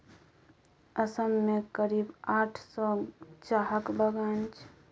असम मे करीब आठ सय चाहक बगान छै